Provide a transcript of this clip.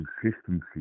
consistency